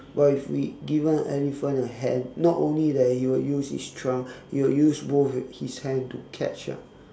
but if we give an elephant a hand not only that it will use his trunk he will use both his hand to catch ah